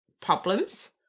problems